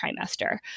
trimester